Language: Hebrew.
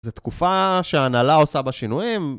זו תקופה שהנהלה עושה בה שינויים.